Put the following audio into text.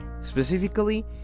specifically